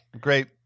great